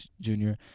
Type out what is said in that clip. junior